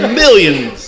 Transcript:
millions